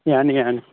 ꯌꯥꯅꯤ ꯌꯥꯅꯤ